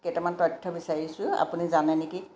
কেইটামান তথ্য বিচাৰিছোঁ আপুনি জানে নেকি